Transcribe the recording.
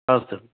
अस्तु